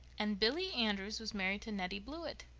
and billy andrews was married to nettie blewett!